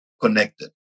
connected